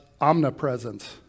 omnipresence